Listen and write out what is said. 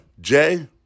Jay